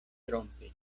trompis